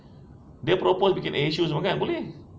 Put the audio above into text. dia propose bikin asia semua kan boleh